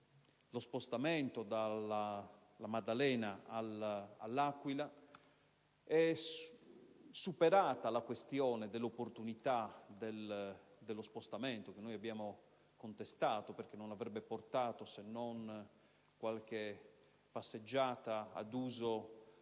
lo spostamento da La Maddalena a L'Aquila. È superata la questione dell'opportunità di tale spostamento, che noi abbiamo contestato perché non avrebbe portato a nulla, se non a qualche passeggiata ad uso